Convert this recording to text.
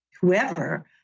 whoever